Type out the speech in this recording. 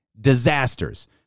Disasters